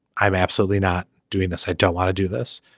i'm absolutely not doing this i don't want to do this.